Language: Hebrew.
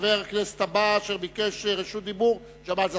חבר הכנסת הבא שביקש רשות דיבור: ג'מאל זחאלקה.